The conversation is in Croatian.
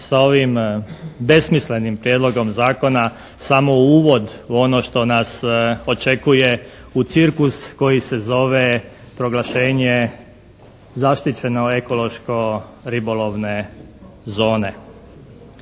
sa ovim besmislenim Prijedlogom zakona samo uvod u ono što nas očekuje u cirkus koji se zove proglašenje zaštićeno ekološko-ribolovne zone.